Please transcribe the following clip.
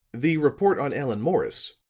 the report on allan morris,